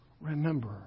remember